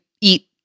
eat